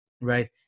Right